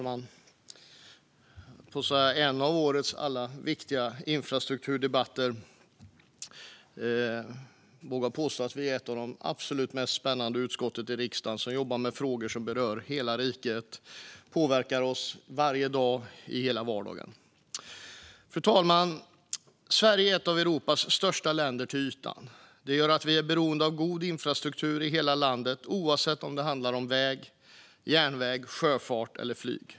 Fru talman! Detta är en av årets alla viktiga infrastrukturdebatter. Jag vågar påstå att vårt utskott är ett av de absolut mest spännande i riksdagen, för vi jobbar med frågor som berör hela riket och påverkar människor i vardagen, varje dag. Fru talman! Sverige är ett av Europas till ytan största länder. Det gör att vi är beroende av god infrastruktur i hela landet, oavsett om det handlar om väg, järnväg, sjöfart eller flyg.